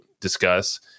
discuss